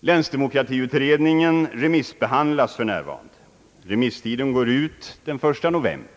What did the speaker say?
Länsdemokratiutredningen remissbehandlas för närvarande. Remisstiden går ut den 1 november.